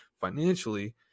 Financially